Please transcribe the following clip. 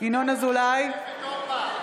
ינון אזולאי,